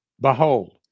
behold